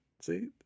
See